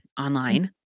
online